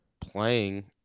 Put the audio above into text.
playing